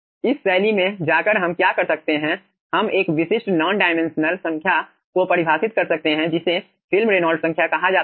इस शैली में जाकर हम क्या कर सकते हैं हम एक विशिष्ट नॉन डायमेंशनल संख्या को परिभाषित कर सकते हैं जिसे फिल्म रेनॉल्ड्स संख्या कहा जाता है